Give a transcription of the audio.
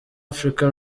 africa